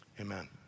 Amen